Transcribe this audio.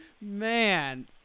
man